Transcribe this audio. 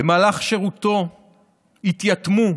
במהלך שירותו התייתמו שאולי,